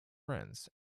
friends